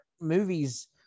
movies